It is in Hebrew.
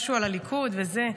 משהו על הליכוד וזה,